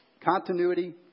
Continuity